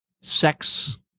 sex